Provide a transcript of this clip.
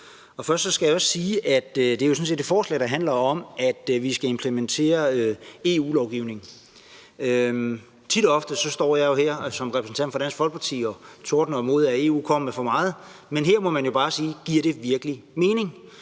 Først skal jeg sige, at det sådan set er et forslag, der handler om, at vi skal implementere EU-lovgivning. Tit og ofte står jeg som repræsentant for Dansk Folkeparti jo her og tordner mod, at EU kommer med for meget, men her må man bare sige, at det virkelig giver